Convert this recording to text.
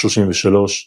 השלושים ושלוש,